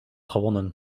gewonnen